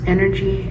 Energy